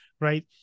right